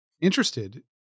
interested